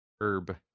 herb